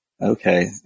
okay